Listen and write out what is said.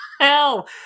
hell